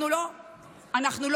מה עשיתם?